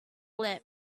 lip